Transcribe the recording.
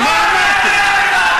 מה אמרתי?